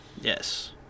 Yes